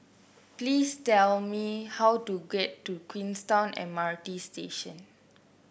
please tell me how to get to Queenstown M R T Station